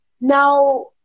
now